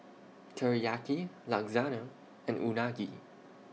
Teriyaki Lasagna and Unagi